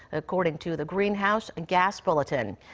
according to the greenhouse gas bulletin.